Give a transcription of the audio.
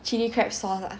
chilli crab sauce lah